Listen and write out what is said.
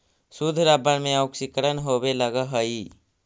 शुद्ध रबर में ऑक्सीकरण होवे लगऽ हई